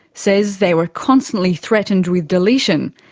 says they were constantly threatened with deletion.